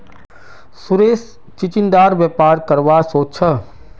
सुरेश चिचिण्डार व्यापार करवा सोच छ